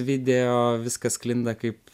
video viskas sklinda kaip